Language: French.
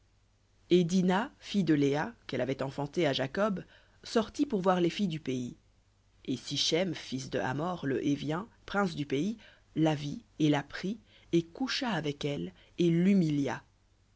dina fille de léa qu'elle avait enfantée à jacob sortit pour voir les filles du pays et sichem fils de hamor le hévien prince du pays la vit et la prit et coucha avec elle et l'humilia